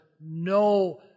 no